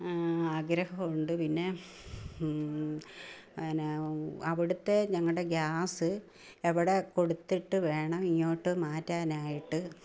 ആഗ്രഹമുണ്ട് പിന്നെ പിന്നെ അവിടുത്തെ ഞങ്ങളുടെ ഗ്യാസ് എവിടെ കൊടുത്തിട്ട് വേണം ഇങ്ങോട്ടു മാറ്റാൻ ആയിട്ട്